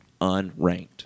Unranked